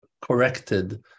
corrected